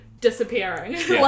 disappearing